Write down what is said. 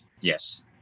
yes